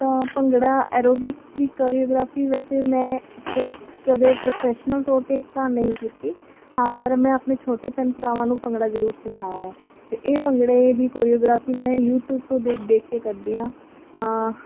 ਤਾਂ ਭੰਗੜਾ ਐਰੋਬਿਕਸ ਵੀ ਕੋਰੀਓਗਰਾਫੀ ਵੈਸੇ ਮੈਂ ਕੁਛ ਕਦੇ ਪ੍ਰੋਫੈਸ਼ਨਲ ਤੌਰ 'ਤੇ ਤਾਂ ਨਹੀਂ ਕੀਤੀ ਹਾਂ ਪਰ ਮੈਂ ਆਪਣੇ ਛੋਟੇ ਭੈਣ ਭਰਾਵਾਂ ਨੂੰ ਭੰਗੜਾ ਜ਼ਰੂਰ ਸਿਖਾਇਆ ਹੈ ਅਤੇ ਇਹ ਭੰਗੜੇ ਦੀ ਕੋਰੀਓਗਰਾਫੀ ਮੈਂ ਯੂਟਿਊਬ ਤੋਂ ਦੇਖ ਦੇਖ ਕੇ ਕਰਦੀ ਹਾਂ